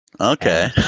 Okay